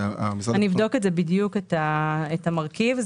אני אבדוק בדיוק את המרכיב.